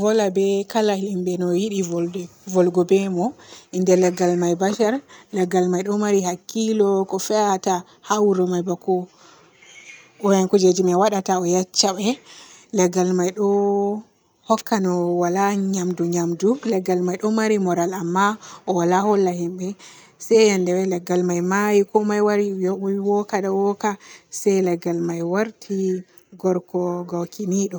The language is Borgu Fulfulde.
vola be kala himɓe no yiɗi volde-volugo be mon. Innde leggal may bashar. Leggal may ɗo maari hakkilo ko fe'ata haa wuro may baako kujeji may waadata o ɗo yecca be. Leggal may ɗo hokka no waala nyamdu nyamdu. Leggal may ɗo maari moral amma o waala holla himɓe se yende leggal may maayi komoy waari wi-wooka ɗo wooka se leggal may waarti gorko gaukiniɗo.